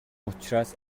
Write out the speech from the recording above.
учраас